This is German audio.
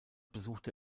besuchte